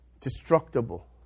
destructible